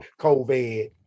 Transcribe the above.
COVID